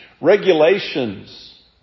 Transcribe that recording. regulations